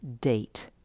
Date